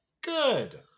good